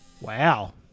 Wow